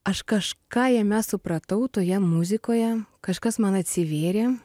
aš kažką jame supratau toje muzikoje kažkas man atsivėrė